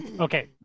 Okay